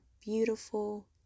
beautiful